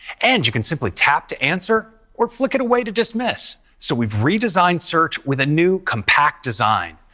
and you can simply tap to answer or flick it away to dismiss. so we've redesigned search with a new compact design.